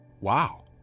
Wow